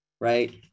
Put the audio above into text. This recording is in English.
right